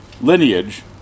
lineage